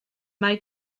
mae